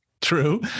true